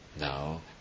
Now